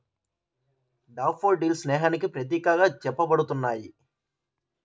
daffodils స్నేహానికి ప్రతీకగా చెప్పబడుతున్నాయి